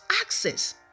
access